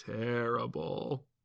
Terrible